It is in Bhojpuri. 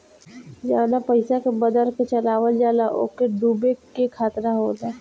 जवना पइसा के बदल के चलावल जाला ओके डूबे के खतरा होला